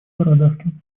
бородавкин